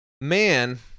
man